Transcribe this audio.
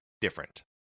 different